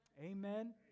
Amen